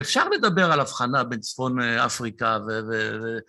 אפשר לדבר על הבחנה בין צפון אפריקה ו...